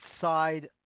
side